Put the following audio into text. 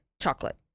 chocolate